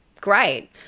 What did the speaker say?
great